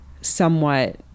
somewhat